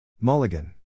Mulligan